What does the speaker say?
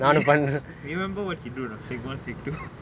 he you remember what he do or not secondary one secondary two